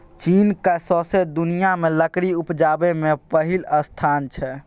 चीनक सौंसे दुनियाँ मे लकड़ी उपजाबै मे पहिल स्थान छै